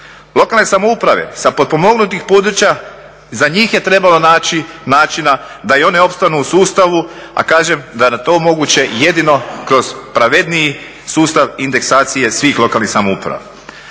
Lokalne samouprave sa potpomognutih područja, za njih je trebalo naći načina da i one opstanu u sustavu, a kažem da nam to omoguće jedino kroz pravedniji sustav indeksacije svih lokalnih samouprava.